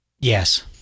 Yes